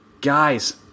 Guys